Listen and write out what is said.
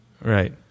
Right